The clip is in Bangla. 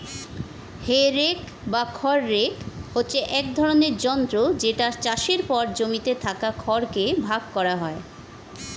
হে রেক বা খড় রেক হচ্ছে এক ধরণের যন্ত্র যেটা চাষের পর জমিতে থাকা খড় কে ভাগ করা হয়